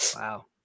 Wow